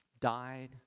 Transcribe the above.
died